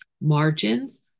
margins